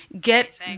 Get